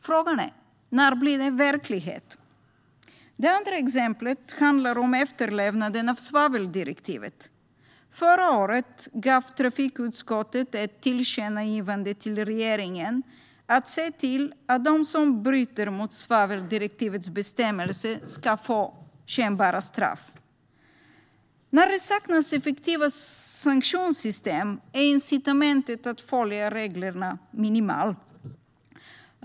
Frågan är när detta blir verklighet. Det andra exemplet handlar om efterlevnaden av svaveldirektivet. Förra året gav trafikutskottet ett tillkännagivande till regeringen att se till att de som bryter mot svaveldirektivets bestämmelser ska få kännbara straff. När det saknas effektiva sanktionssystem är incitamentet att följa reglerna minimalt.